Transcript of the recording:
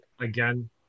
again